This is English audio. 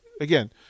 again